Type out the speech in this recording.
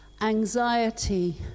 anxiety